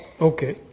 Okay